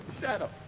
Shadow